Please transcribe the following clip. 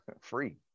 free